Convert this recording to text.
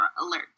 alert